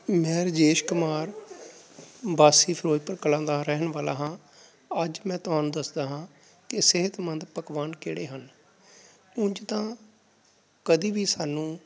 ਮੈਂ ਰਜੇਸ਼ ਕੁਮਾਰ ਵਾਸੀ ਫ਼ਿਰੋਜ਼ਪੁਰ ਕਲਾਂ ਦਾ ਰਹਿਣ ਵਾਲਾ ਹਾਂ ਅੱਜ ਮੈਂ ਤੁਹਾਨੂੰ ਦੱਸਦਾ ਹਾਂ ਕਿ ਸਿਹਤਮੰਦ ਪਕਵਾਨ ਕਿਹੜੇ ਹਨ ਉਂਝ ਤਾਂ ਕਦੀ ਵੀ ਸਾਨੂੰ